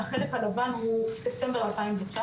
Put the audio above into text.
הוא ספטמבר 2019,